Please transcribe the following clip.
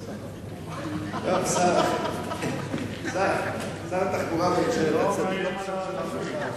בממשלת הצללים, שר התחבורה בממשלת הצללים.